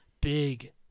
big